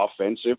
offensive